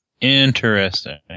Interesting